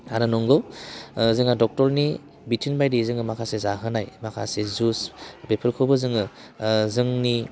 आरो नंगौ जोंहा डक्ट'रनि बिथोन बायदियै जोङो माखासे जाहोनाय माखासे जुस बेफोरखौबो जोङो जोंनि